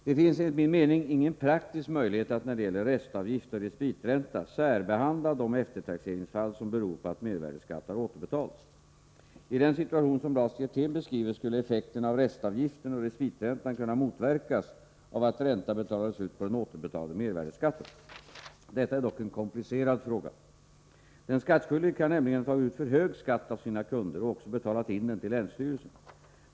Det finns enligt min mening ingen praktisk möjlighet när det gäller restavgift och respitränta att särbehandla de eftertaxeringsfall som beror på att mervärdeskatt har återbetalats. I den situation som Lars Hjertén beskriver skulle effekterna av restavgiften och respiträntan kunna motverkas av att ränta betalades ut på den återbetalade mervärdeskatten. Detta är dock en komplicerad fråga. Den skattskyldige kan nämligen ha tagit ut för hög skatt av sina kunder och också betalat in den till länsstyrelsen.